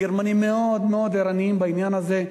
הגרמנים מאוד מאוד ערניים בעניין הזה,